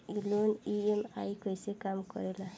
ई loan EMI कईसे काम करेला?